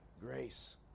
Grace